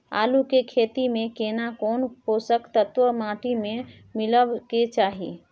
आलू के खेती में केना कोन पोषक तत्व माटी में मिलब के चाही?